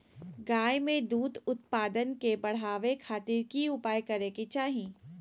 गाय में दूध उत्पादन के बढ़ावे खातिर की उपाय करें कि चाही?